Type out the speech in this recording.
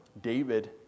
David